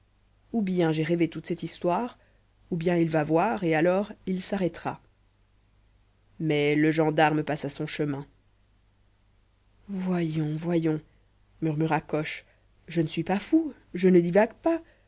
ou bien j'ai rêvé toute cette histoire ou bien il va voir et alors il s'arrêtera mais le gendarme passa son chemin voyons voyons murmura coche je ne suis pas fou je ne divague pas